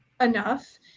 enough